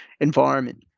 environment